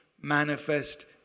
manifest